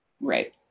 Right